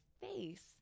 face